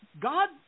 God